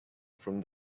from